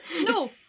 No